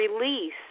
release